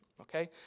okay